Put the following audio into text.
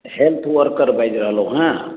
health worker बाजि रहलहुँ हेँ